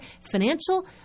financial